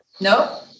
no